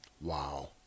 Wow